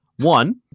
One